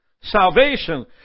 salvation